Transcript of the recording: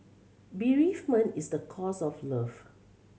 bereavement is the cost of love